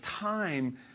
time